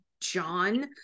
John